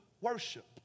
worship